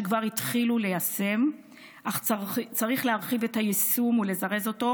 שכבר התחילו ליישם אך צריך להרחיב את היישום ולזרז אותו,